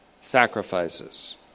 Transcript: sacrifices